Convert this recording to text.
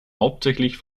hauptsächlich